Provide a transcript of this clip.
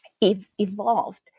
evolved